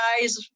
guys